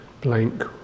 blank